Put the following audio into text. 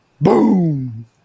Boom